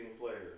players